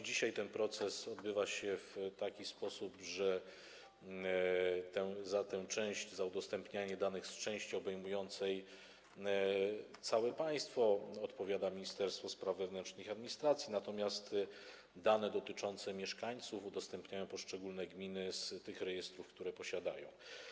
Dzisiaj ten proces odbywa się w taki sposób, że za udostępnianie danych z części obejmującej całe państwo odpowiada Ministerstwo Spraw Wewnętrznych i Administracji, natomiast dane dotyczące mieszkańców konkretnych regionów udostępniają poszczególne gminy z tych rejestrów, które posiadają.